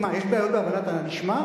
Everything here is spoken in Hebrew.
מה, יש בעיות בהבנת הנשמע?